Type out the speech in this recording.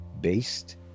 based